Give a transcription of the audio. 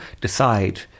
decide